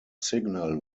signal